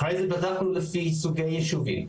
אחרי זה בדקנו לפי סוגי יישובים,